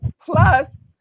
Plus